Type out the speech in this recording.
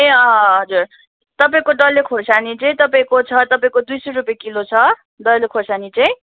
ए अँ अँ हजुर तपाईँको डल्ले खोर्सानी चाहिँ तपाईँको छ तपाईँको दुई सय रुपियाँ किलो छ डल्ले खोर्सानी चाहिँ